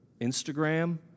Instagram